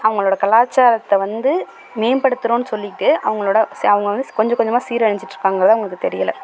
அவங்களோட கலாச்சாரத்தை வந்து மேம்படுத்துகிறோம்னு சொல்லிவிட்டு அவங்களோட அவங்க வந்து கொஞ்சம் கொஞ்சமாக சீர் அழிஞ்சிசுட்டு இருக்காங்கங்கிறது அவங்களுக்கு தெரியலை